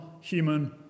human